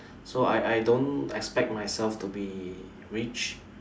so I I don't expect myself to be rich